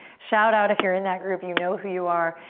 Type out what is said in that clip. shoutout if you're in that group. you know who you are.